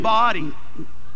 body